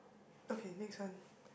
okay next one